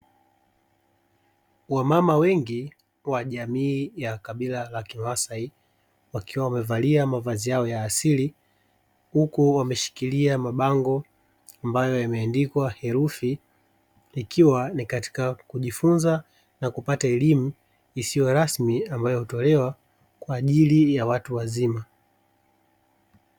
Wamama wengi wa jamii ya kabila la kimaasai wakiwa wamevalia mavazi yao ya asili huku wameshikilia mabango ambayo yameandikwa herufi; ikiwa ni katika kujifunza na kupata elimu isiyo rasmi ambayo hutolewa kwa ajili ya watu wazima.